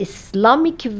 Islamic